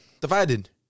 Divided